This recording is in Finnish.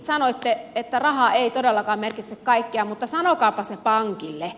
sanoitte että raha ei todellakaan merkitse kaikkea mutta sanokaapa se pankille